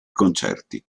concerti